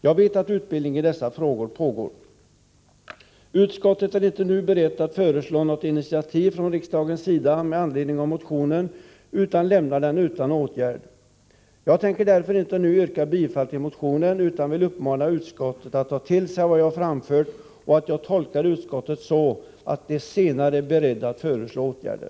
Jag vet att utbildning i dessa frågor pågår. Utskottet är inte nu berett att föreslå något initiativ från riksdagens sida med anledning av motionen, utan lämnar den utan åtgärd. Jag tänker därför inte nu yrka bifall till motionen utan vill uppmana utskottet att ta till sig vad jag framfört. Jag tolkar utskottet så, att man senare är beredd att föreslå åtgärder.